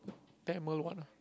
Tamil one